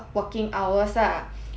but then school is